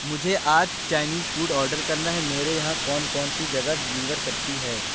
مجھے آج Chinese food order کرنا ہے میرے یہاں کون کون سی جگہ ڈیلیور کرتی ہیں